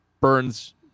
Burns